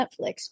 Netflix